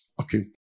Okay